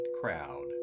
crowd